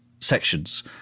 sections